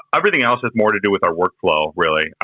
everything else has more to do with our workflow, really.